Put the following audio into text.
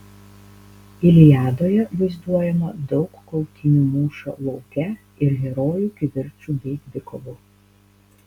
iliadoje vaizduojama daug kautynių mūšio lauke ir herojų kivirčų bei dvikovų